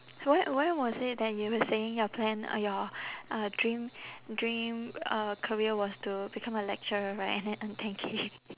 when when was it that you were saying your plan or your uh dream dream uh career was to become a lecturer right and then earn ten K